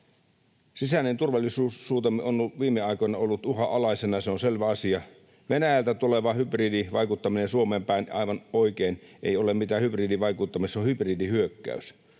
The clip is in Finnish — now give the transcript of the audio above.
Sisäinen turvallisuussuuntamme on viime aikoina ollut uhanalaisena, se on selvä asia. Venäjältä tuleva hybridivaikuttaminen Suomeen päin, aivan oikein, ei ole mitään hybridivaikuttamista, vaan se on hybridihyökkäys.